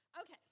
Okay